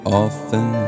often